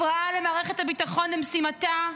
הפרעה למערכת הביטחון למשימתה,